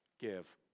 give